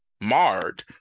marred